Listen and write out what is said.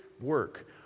work